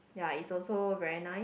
ya is also very nice